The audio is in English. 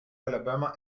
alabama